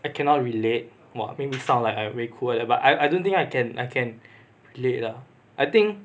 I cannot relate !wah! make me sound like I very cool like that but I don't think I can I can relate uh I think